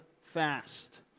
fast